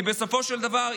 כי בסופו של דבר,